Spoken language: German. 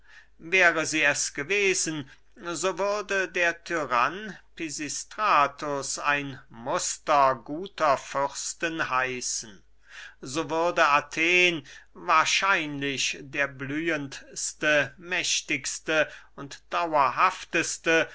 wäre sie es gewesen so würde der tyrann pisistratus ein muster guter fürsten heißen so würde athen wahrscheinlich der blühendste mächtigste und dauerhafteste